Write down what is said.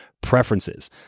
preferences